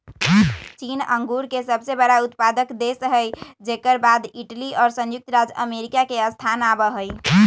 चीन अंगूर के सबसे बड़ा उत्पादक देश हई जेकर बाद इटली और संयुक्त राज्य अमेरिका के स्थान आवा हई